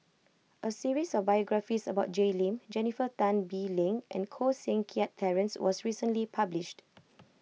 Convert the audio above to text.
a series of biographies about Jay Lim Jennifer Tan Bee Leng and Koh Seng Kiat Terence was recently published